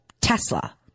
Tesla